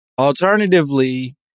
alternatively